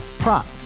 prop